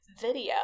video